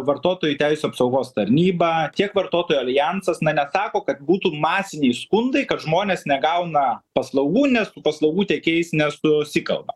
vartotojų teisių apsaugos tarnyba tiek vartotojų aljansas na nesako kad būtų masiniai skundai kad žmonės negauna paslaugų nes su paslaugų tiekėjais nesusikalba